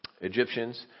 Egyptians